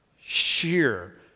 sheer